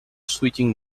switching